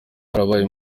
harabaye